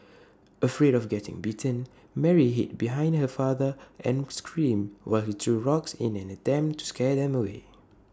afraid of getting bitten Mary hid behind her father and scream while he threw rocks in an attempt to scare them away